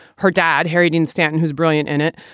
her dad, harry dean stanton, who's brilliant in it,